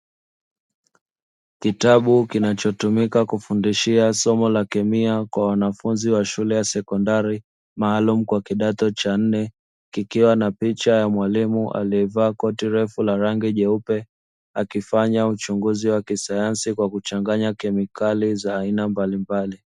Kitabu kinachotumika kufundishia somo la kemia kwa wanafunzi wa shule ya sekondari maalumu kwa kidato cha nne kikiwa na picha ya mwalimu aliyevaa koti refu la rangi nyeupe akifanya uchunguzi wake sayansi kwa kuchanganya kemikali za aina mbalimbali.